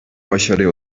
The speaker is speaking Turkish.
başarıya